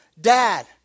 Dad